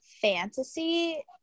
fantasy